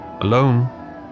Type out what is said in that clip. Alone